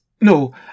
no